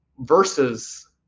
Versus